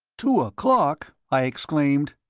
two o'clock? i exclaimed.